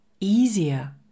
Easier